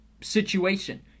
situation